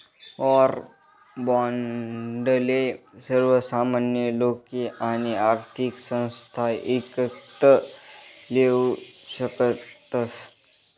war बाॅन्डले सर्वसामान्य लोके आणि आर्थिक संस्था ईकत लेवू शकतस